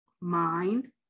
mind